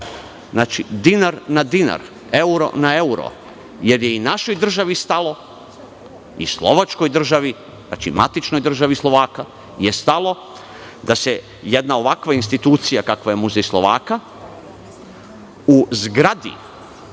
Znači, dinar na dinar, euro na euro, jer je i našoj državi stalo, kao i Slovačkoj državi, matičnoj državi Slovaka, da se jedna ovakva institucija, kakva je muzej Slovaka, u zgradi